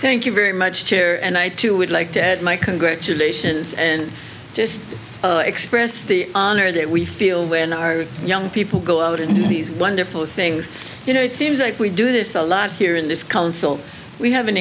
thank you very much to and i too would like to add my congratulations and just express the honor that we feel when our young people go out into these wonderful things you know it seems like we do this a lot here in this council we have an